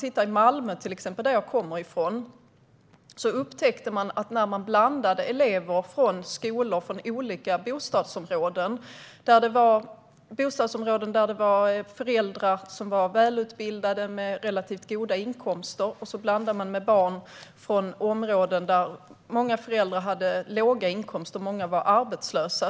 I Malmö till exempel, där jag kommer från, blandade man elever från skolor i olika bostadsområden, både sådana där föräldrarna var välutbildade och hade relativt goda inkomster och sådana där många föräldrar hade låga inkomster och många var arbetslösa.